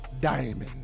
Diamond